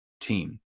team